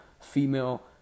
female